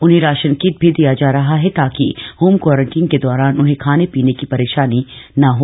उन्हें ration kit भी दिया जा रहा है ताकि होम क्वारंटाइन के दौरान उन्हें खाने पीने की परेशानी न हो